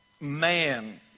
man